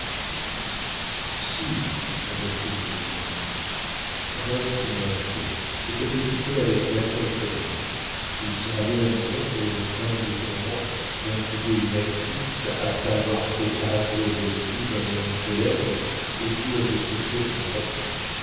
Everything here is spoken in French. reprit vandenesse reste masquée je te fais souper avec nathan et florine il sera bien amusant pour une femme de ton rang d'intriguer une actrice après avoir fait caracoler l'esprit d'un homme célèbre autour de secrets si importants